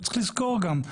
צריך לזכור גם,